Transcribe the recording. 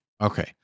Okay